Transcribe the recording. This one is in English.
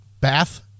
bath